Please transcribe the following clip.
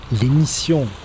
L'émission